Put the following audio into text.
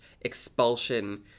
expulsion